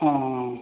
ହଁ